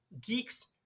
geeks